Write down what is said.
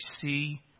see